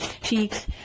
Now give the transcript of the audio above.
cheeks